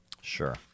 Sure